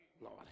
Lord